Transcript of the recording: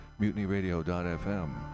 mutinyradio.fm